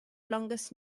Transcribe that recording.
longest